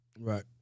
Right